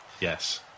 Yes